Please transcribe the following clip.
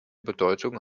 bedeutung